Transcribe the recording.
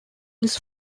his